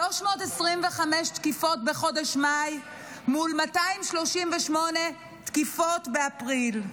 325 תקיפות בחודש מאי מול 238 תקיפות באפריל.